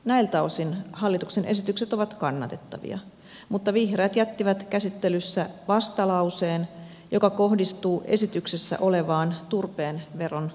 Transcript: näiltä osin hallituksen esitykset ovat kannatettavia mutta vihreät jättivät käsittelyssä vastalauseen joka kohdistuu esityksessä olevaan turpeen veron alennukseen